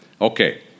Okay